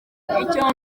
icyo